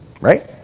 Right